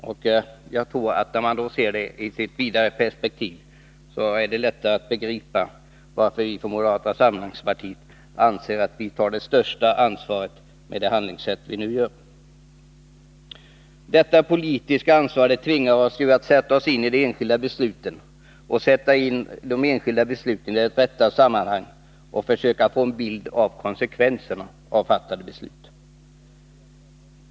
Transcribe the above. Och när man ser frågan i dess vidare perspektiv är det lättare att begripa varför vi från moderata samlingspartiets sida anser att vi tar det största ansvaret med vårt handlingssätt. Detta politiska ansvar tvingar oss att sätta oss in i de enskilda besluten och att sätta in dem i deras rätta sammanhang och försöka få en bild av konsekvenserna av fattade beslut.